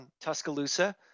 Tuscaloosa